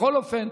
בכל אופן,